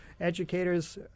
educators